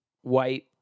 White